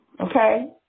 Okay